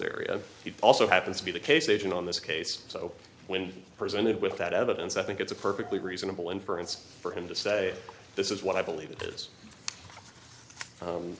he also happens to be the case agent on this case so when presented with that evidence i think it's a perfectly reasonable inference for him to say this is what i believe it is